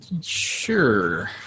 Sure